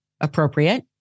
appropriate